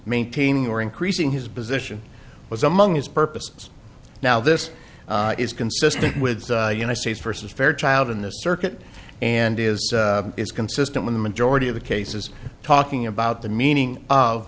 maintaining or increasing his position was among his purposes now this is consistent with the united states versus fairchild in the circuit and is is consistent with the majority of the cases talking about the meaning of